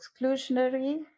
exclusionary